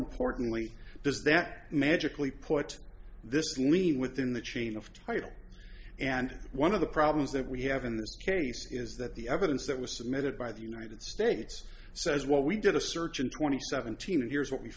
importantly does that magically put this lean within the chain of title and one of the problems that we have in this case is that the evidence that was submitted by the united states says what we did a search in twenty seventeen and here's what we